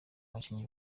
abakinnyi